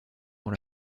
dans